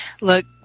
look